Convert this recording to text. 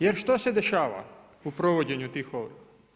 Jer što se dešava u provođenju tih ovrha?